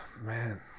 man